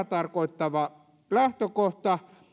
tarkoittava lähtökohta